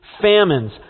famines